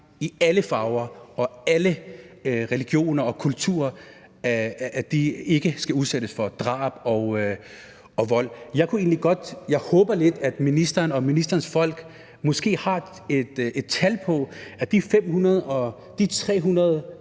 af alle farver og fra alle religioner og kulturer ikke skal udsættes for drab og vold. Jeg håber lidt, at ministeren og ministerens folk måske har et tal på, hvor mange af de 300